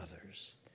others